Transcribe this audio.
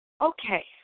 Okay